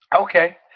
Okay